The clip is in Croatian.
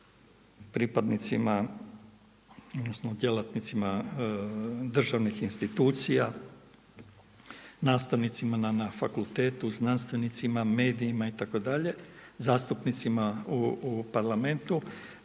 pripadnicima odnosno djelatnicima državnih institucija, nastavnicima na fakultetu, znanstvenicima, medijima itd., zastupnicima u Parlamentu.